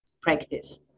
practice